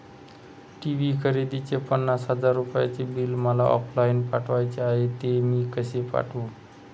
TV खरेदीचे पन्नास हजार रुपयांचे बिल मला ऑफलाईन पाठवायचे आहे, ते मी कसे पाठवू?